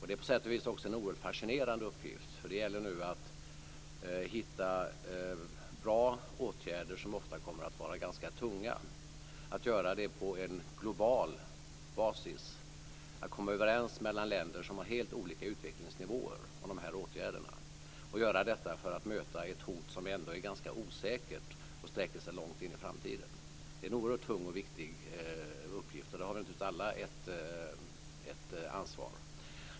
Det är på sätt och vis också en oerhört fascinerande uppgift, för det gäller nu att hitta bra åtgärder som ofta kommer att vara ganska tunga, att göra det på en global basis, att komma överens om de här åtgärderna mellan länder som har helt olika utvecklingsnivåer och att göra detta för att möta ett hot som ändå är ganska osäkert och sträcker sig långt in i framtiden. Det är en oerhört tung och viktig uppgift, och här har naturligtvis alla ett ansvar.